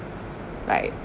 like